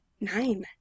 nine